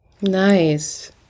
Nice